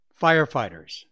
firefighters